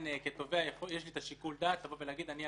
כתובע יש לי עדיין שיקול דעת להגיד שאני רוצה,